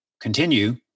continue